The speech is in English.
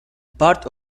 parts